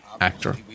actor